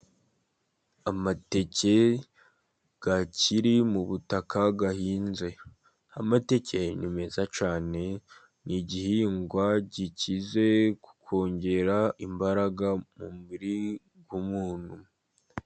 Amateke akiri mu butaka ahinze, amateke ni meza cyane ni igihingwa gikize cyongera imbaraga mu mubiri w'umuntu.